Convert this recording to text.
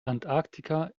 antarktika